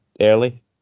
early